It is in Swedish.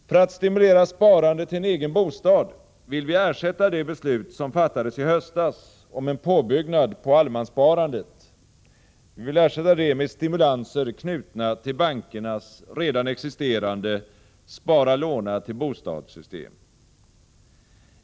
För att stimulera sparande till en egen bostad vill vi ersätta det beslut som fattades i höstas om en påbyggnad till allemanssparandet med stimulanser knutna till bankernas redan existerande ”spara/låna-till-bostad”-system.